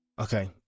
Okay